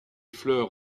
fleurs